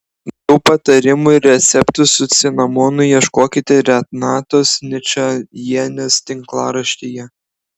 daugiau patarimų ir receptų su cinamonu ieškokite renatos ničajienės tinklaraštyje